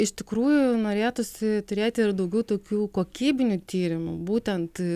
iš tikrųjų norėtųsi turėti ir daugiau tokių kokybinių tyrimų būtent